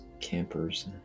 campers